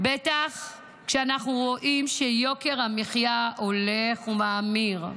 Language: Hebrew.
בטח כשאנחנו רואים שיוקר המחיה הולך ומאמיר.